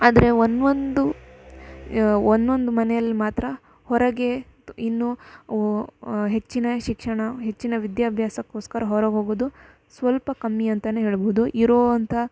ಆದರೆ ಒಂದು ಒಂದು ಒನ್ನೊಂದು ಮನೆಯಲ್ಲಿ ಮಾತ್ರ ಹೊರಗೆ ಇನ್ನು ಹೆಚ್ಚಿನ ಶಿಕ್ಷಣ ಹೆಚ್ಚಿನ ವಿದ್ಯಾಭ್ಯಾಸಕ್ಕೋಸ್ಕರ್ ಹೊರಗೆ ಹೋಗೋದು ಸ್ವಲ್ಪ ಕಮ್ಮಿ ಅಂತನೇ ಹೇಳ್ಬೋದು ಇರೋ ಅಂಥ